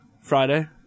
Friday